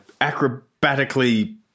acrobatically